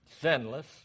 sinless